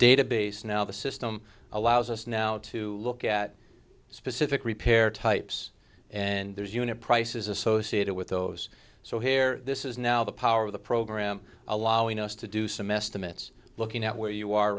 database now the system allows us now to look at specific repair types and there's unit prices associated with those so here this is now the power of the program allowing us to do some estimates looking at where you are